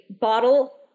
bottle